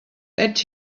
that